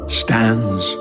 stands